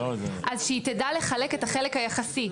אז שהיא תדע לחלק את החלק היחסי.